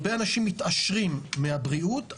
הרבה אנשים מתעשרים מהבריאות,